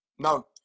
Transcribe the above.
No